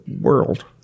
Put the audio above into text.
world